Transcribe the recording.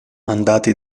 mandati